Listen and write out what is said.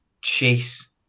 chase